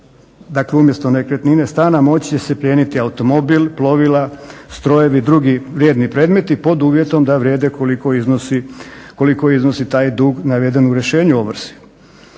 dakle umjesto nekretnine, stana moći će se plijeniti automobil, plovila, strojevi i drugi vrijedni predmeti pod uvjetom da vrijede koliko iznosi taj dug naveden u izvršenju ovrsi.